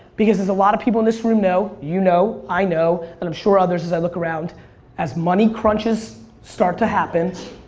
because as a lot of people in this room know, you know, i know and i'm sure others as i look around as money crunches start to happen,